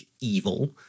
evil